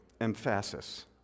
emphasis